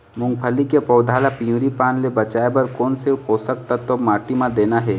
मुंगफली के पौधा ला पिवरी पान ले बचाए बर कोन से पोषक तत्व माटी म देना हे?